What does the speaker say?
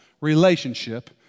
relationship